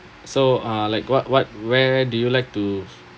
so uh like what what where do you like to